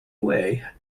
way